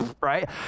right